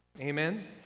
Amen